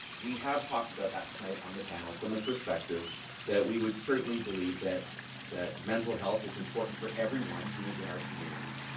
we have talked about that tonight on the panel from the perspective that we would certainly believe that that mental health is important for everyone who is in our communities,